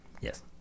Yes